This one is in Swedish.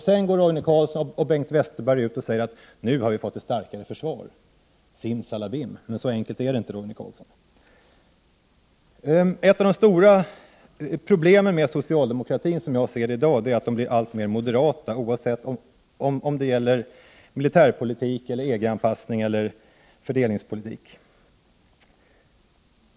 Sedan går Roine Carlsson och Bengt Westerberg ut och säger att vi har fått ett starkare försvar, simsalabim. Men så enkelt är det inte, Roine Carlsson. Ett av de stora problemen med socialdemokratin i dag är att socialdemokratin, enligt min mening, blir alltmer moderat, oavsett om det gäller militärpolitik, EG-anpassning eller fördelningspolitik.